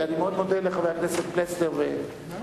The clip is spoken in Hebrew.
אני מאוד מודה לחבר הכנסת פלסנר ולחבר